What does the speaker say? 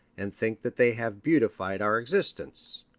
and think that they have beautified our existence.